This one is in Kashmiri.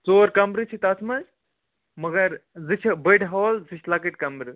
ژور کَمرٕ چھِ تَتھ منٛز مگر زٕ چھِ بٔڑۍ ہال زٕ چھِ لۄکٕٹۍ کَمرٕ